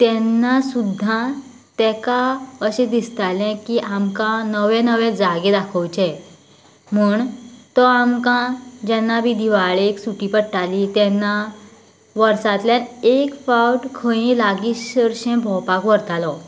तेन्ना सुद्दां तेका अशें दिसताले की आमकां नवें नवें जागे दाखोवचे म्हूण तो आमकां जेन्ना बी दिवाळेक सुटी पडटाली तेन्ना वर्सांतल्यान एक फावट खंय लागींच चडशें भोंवपाक व्हरतालो